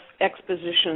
exposition